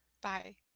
Bye